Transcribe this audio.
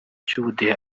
cy’ubudehe